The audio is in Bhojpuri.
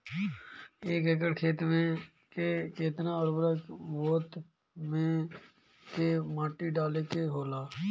एक एकड़ खेत में के केतना उर्वरक बोअत के माटी डाले के होला?